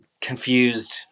confused